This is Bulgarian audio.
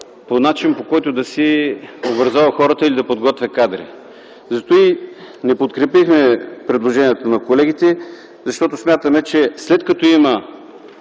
начин, по който да си образова хората и да си подготвя кадри. Затова не подкрепихме предложението на колегите, защото смятаме, че след като е